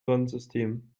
sonnensystem